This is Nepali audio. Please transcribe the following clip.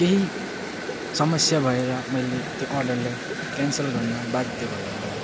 केही समस्या भएर मैले त्यो अर्डरलाई क्यान्सल गर्नु बाध्य भयो मलाई